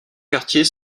quartier